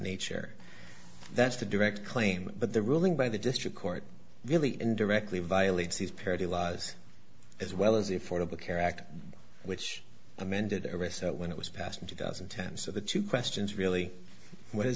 nature that's the direct claim but the ruling by the district court really indirectly violates these parity laws as well as the fordable care act which amended arrests when it was passed in two thousand and ten so the two questions really what is